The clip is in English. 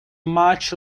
much